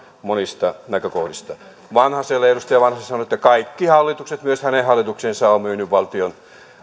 monista näkökohdista edustaja vanhaselle sanon että kaikki hallitukset myös hänen hallituksensa ovat myyneet valtion